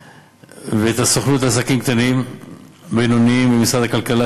ואת הסוכנות לעסקים קטנים ובינוניים במשרד הכלכלה,